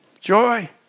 Joy